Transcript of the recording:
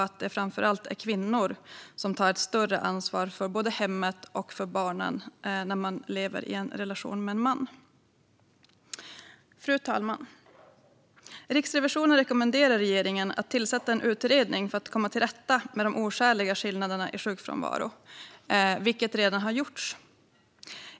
Det är framför allt kvinnor som tar ett större ansvar för hemmet och barnen när de lever i en relation med en man. Fru talman! Riksrevisionen rekommenderar regeringen att tillsätta en utredning för att komma till rätta med de oskäliga skillnaderna i sjukfrånvaro, vilket redan har gjorts.